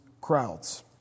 crowds